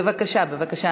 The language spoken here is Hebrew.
בבקשה, בבקשה.